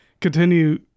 continue